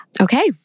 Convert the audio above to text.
Okay